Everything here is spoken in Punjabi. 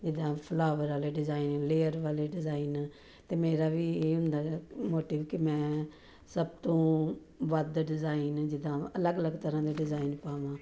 ਜਿੱਦਾਂ ਫਲਾਵਰ ਵਾਲੇ ਡਿਜਾਈਨ ਲੇਅਰ ਵਾਲੇ ਡਿਜਾਈਨ ਅਤੇ ਮੇਰਾ ਵੀ ਇਹ ਹੁੰਦਾ ਮੋਟਿਵ ਕਿ ਮੈਂ ਸਭ ਤੋਂ ਵੱਧ ਡਿਜਾਈਨ ਜਿੱਦਾਂ ਅਲੱਗ ਅਲੱਗ ਤਰ੍ਹਾਂ ਦੇ ਡਿਜ਼ਾਇਨ ਪਾਵਾਂ